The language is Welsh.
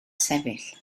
sefyll